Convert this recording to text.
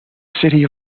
city